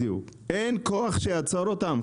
אין כוח שיעצור אותן.